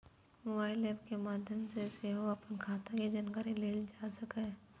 mobile app के माध्य सं सेहो अपन खाता के जानकारी लेल जा सकैए